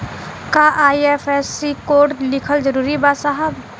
का IFSC code लिखल जरूरी बा साहब?